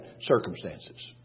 Circumstances